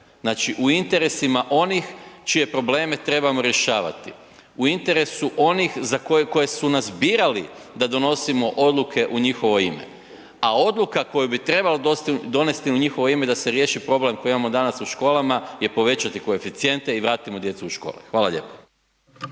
Znači u interesima onih čije probleme trebamo rješavati, u interesu onih koji su nas birali da donosimo odluke u njihovo ime. A odluka koju bi trebalo donesti u njihovo ime da se riješi problem koji imamo danas u školama je povećati koeficijente i vratimo djecu u škole. Hvala lijepo.